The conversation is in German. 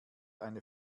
eine